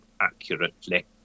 accurately